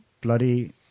bloody